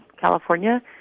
California